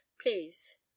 please